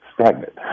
stagnant